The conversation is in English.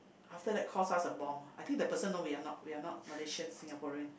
after that cost us a bomb I think the person know we are not we are not Malaysian Singaporean